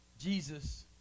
Jesus